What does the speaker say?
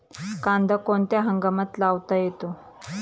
कांदा कोणत्या हंगामात लावता येतो?